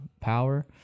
power